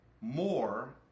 more